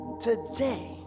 Today